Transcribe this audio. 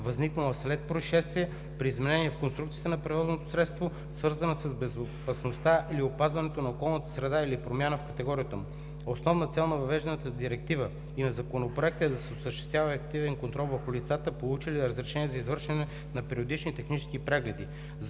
възникнала след произшествие, при изменение в конструкцията на превозното средство, свързана с безопасността или опазването на околната среда, или промяна в категорията му. Основна цел на въвежданата Директива и на Законопроекта е да се осъществява ефективен контрол върху лицата, получили разрешение за извършване на периодични технически прегледи.